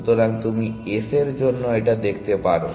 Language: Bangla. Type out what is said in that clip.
সুতরাং তুমি s এর জন্য এটা দেখতে পারো